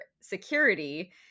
security